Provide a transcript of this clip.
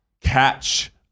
catch